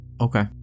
Okay